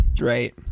right